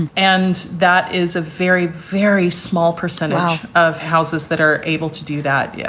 and and that is a very, very small percentage of houses that are able to do that. yeah